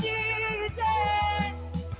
Jesus